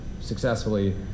successfully